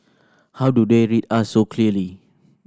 how do they read us so clearly